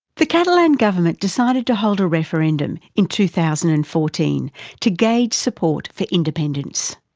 the catalan government decided to hold a referendum in two thousand and fourteen to gauge support for independence.